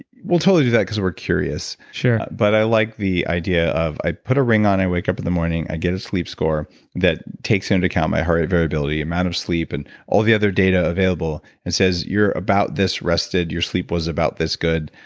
we'll totally do that because we're curious. but i liked the idea of i put a ring on, i wake up in the morning, i get a sleep score that takes into account my heart rate variability, amount of sleep, and all the other data available and says, you're about this rested, your sleep was about this good,